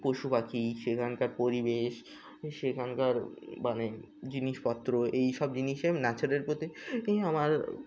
পশু পাখি সেখানকার পরিবেশ সেখানকার মানে জিনিসপত্র এই সব জিনিসে নেচারের প্রতি ই আমার